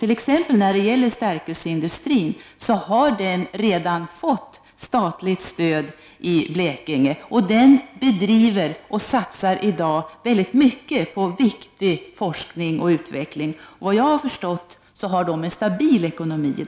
T.ex. stärkelseindustrin i Blekinge har redan fått statligt stöd. Den bedriver och satsar i dag väldigt mycket på viktig forskning och utveckling. Såvitt jag har förstått har denna industri i dag en stabil ekonomi.